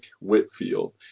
Whitfield